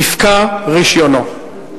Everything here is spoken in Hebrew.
יפקע רשיונו.